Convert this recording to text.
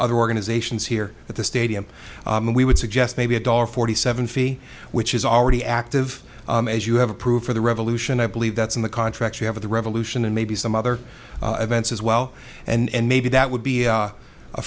other organizations here at the stadium we would suggest maybe a dollar forty seven fee which is already active as you have approved for the revolution i believe that's in the contract you have the revolution and maybe some other events as well and maybe that would be a